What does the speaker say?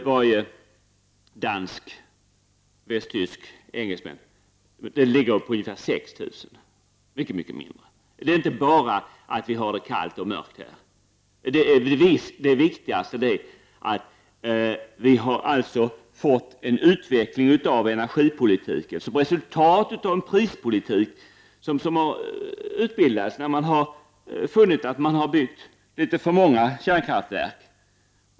Varje dansk, västtysk och engelsman förbrukar ca 6 000, alltså mycket mindre. Det är inte det faktum att vi har det kallt och mörkt här som är orsak till denna skillnad. Det viktigaste skälet är att vi har fått en utveckling av energipolitiken som ett resultat av en prispolitik som utbildas när man har funnit att man har byggt litet för många kärnkraftverk.